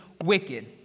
wicked